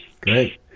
Great